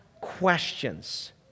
questions